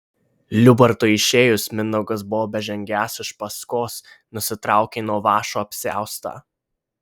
liubartui išėjus mindaugas buvo bežengiąs iš paskos nusitraukė nuo vąšo apsiaustą